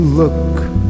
look